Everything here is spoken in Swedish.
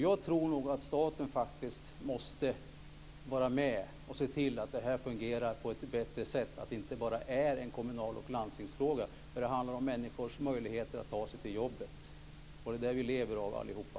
Jag tror faktiskt att staten måste vara med och se till att det här fungerar på ett bättre sätt. Det är inte bara en kommunal fråga och en landstingsfråga, för det handlar om människors möjligheter att ta sig till jobbet, och det är det vi lever av allihopa.